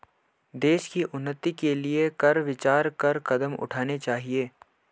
देश की उन्नति के लिए कर विचार कर कदम उठाने चाहिए